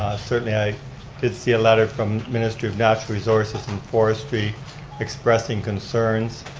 ah certainly, i did see a letter from ministry of natural resources and forestry expressing concerns.